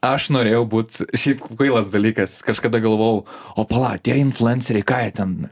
aš norėjau būt šiaip kvailas dalykas kažkada galvojau o pala tie influenceriai ką jie ten